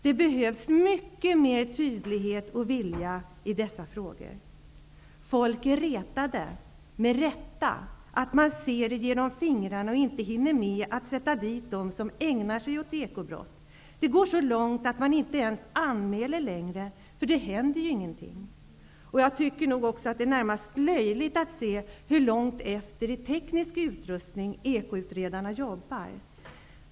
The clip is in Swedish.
Det behövs mycket mera tydlighet och vilja i dessa frågor. Folk är retade -- med rätta -- över att man ser genom fingrarna och inte hinner med att sitta dit dem som ägnar sig åt ekobrott. Det går så långt att man inte ens anmäler brott längre, eftersom det inte händer någonting. Jag tycker att det är närmast löjligt att se hur långt efter ekoutredarna är i sitt arbete när det gäller teknisk utrustning.